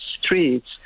streets